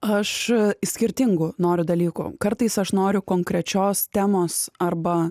aš skirtingų noriu dalykų kartais aš noriu konkrečios temos arba